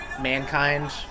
mankind